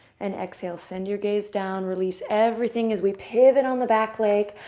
and exhale. send your gaze down. release everything as we pivot on the back leg.